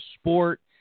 sport